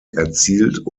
erzielt